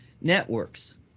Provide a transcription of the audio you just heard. networks